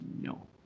No